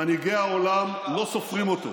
מנהיגי העולם לא סופרים אותו,